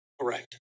Correct